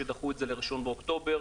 שדחו את זה ל-1 באוקטובר,